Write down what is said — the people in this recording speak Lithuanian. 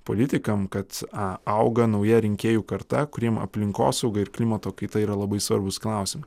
politikam kad auga nauja rinkėjų karta kuriem aplinkosauga ir klimato kaita yra labai svarbūs klausimai